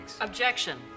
Objection